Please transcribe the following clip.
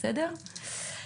בסדר?